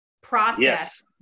process